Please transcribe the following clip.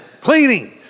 cleaning